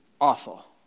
awful